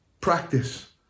practice